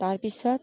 তাৰ পিছত